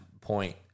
point